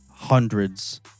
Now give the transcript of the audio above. Hundreds